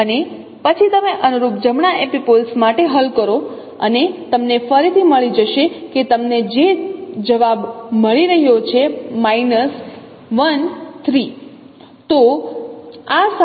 અને પછી તમે અનુરૂપ જમણા એપિપોલ્સ માટે હલ કરો અને તમને ફરીથી મળી જશે કે તમને તે જ જવાબ મળી રહ્યો છે 1 3